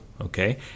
Okay